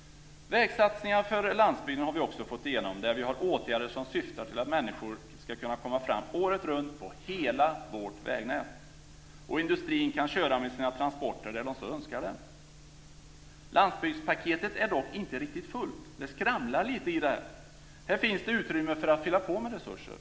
Vägsatsningar för landsbygden har vi också fått igenom. Vi har åtgärder som syftar till att människor ska kunna komma fram året runt på hela vårt vägnät, och industrin kan köra med sina transporter där de så önskar. Landsbygdspaketet är dock inte riktigt fullt. Det skramlar lite i det. Här finns det utrymme för att fylla på med resurser.